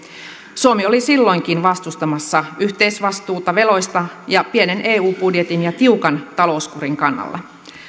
suomi oli silloinkin vastustamassa yhteisvastuuta veloista ja pienen eu budjetin ja tiukan talouskurin kannalla